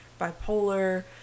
bipolar